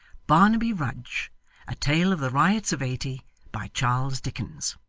barnaby rudge a tale of the riots of eighty by charles dickens